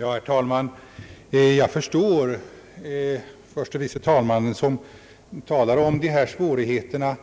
Herr talman! Jag förstår herr förste vice talmannen, som talar om svårigheterna